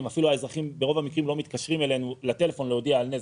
האזרחים ברוב המקרים אפילו לא מתקשרים אלינו לטלפון להודיע על נזק,